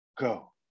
go